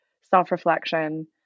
self-reflection